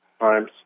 Times